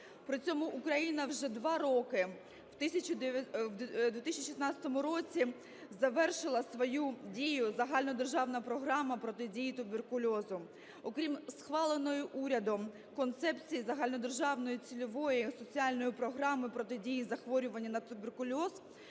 При цьому Україна вже 2 роки… в 2016 році завершила свою дію загальнодержавна програма протидії туберкульозу. Окрім схваленої урядом Концепції Загальнодержавної цільової соціальної програми протидії захворювання на туберкульоз